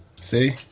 See